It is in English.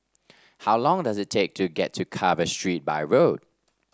how long does it take to get to Carver Street by road